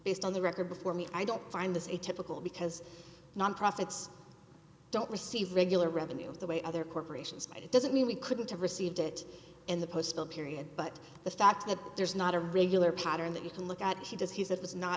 based on the record before me i don't find this a typical because non profits don't receive regular revenue the way other corporations it doesn't mean we couldn't have received it in the postal period but the fact that there's not a regular pattern that you can look at he does he said was not